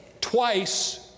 twice